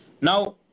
Now